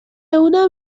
اونم